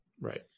right